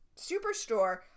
Superstore